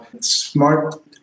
smart